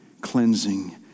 cleansing